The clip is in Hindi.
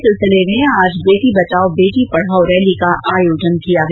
इस सिलसिले में आज बेटी बचाओ बेटी पढाओ रैली का आयोजन किया गया